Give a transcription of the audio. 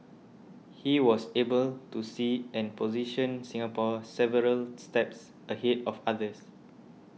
he was able to see and position Singapore several steps ahead of others